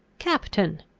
captain!